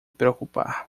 preocupar